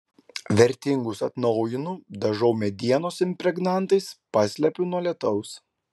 vertingus atnaujinu dažau medienos impregnantais paslepiu nuo lietaus